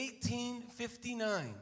1859